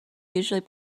usually